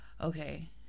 okay